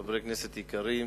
חברי כנסת יקרים,